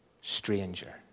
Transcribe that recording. stranger